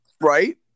right